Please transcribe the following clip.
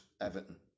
Everton